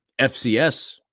FCS